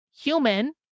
human